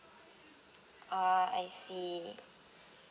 ah I see